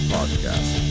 Podcast